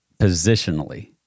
positionally